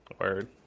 Word